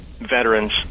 veterans